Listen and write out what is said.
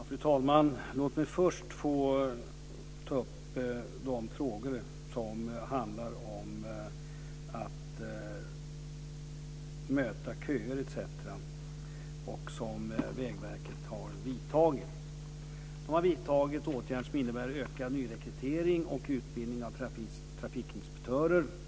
Fru talman! Låt mig först ta upp de åtgärder som handlar om att minska köer etc. och som Vägverket har vidtagit. Vägverket har vidtagit åtgärder som innebär ökad nyrekrytering och utbildning av trafikinspektörer.